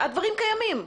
הדברים קיימים בשטח.